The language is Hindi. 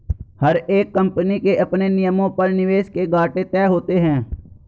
हर एक कम्पनी के अपने नियमों पर निवेश के घाटे तय होते हैं